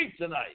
tonight